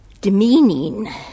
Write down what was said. Demeaning